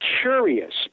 curious